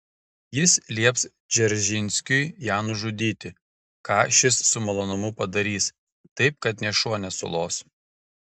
jis lieps dzeržinskiui ją nužudyti ką šis su malonumu padarys taip kad nė šuo nesulos